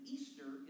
Easter